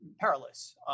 perilous